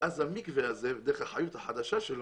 ואז המקווה הזה דרך החיות החדשה שלו,